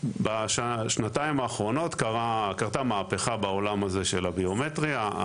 בשנתיים האחרונות קרתה מהפכה בעולם הזה של הביומטריה.